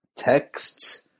texts